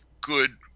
good